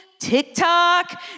TikTok